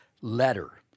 letter